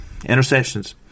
interceptions